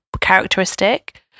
characteristic